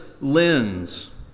lens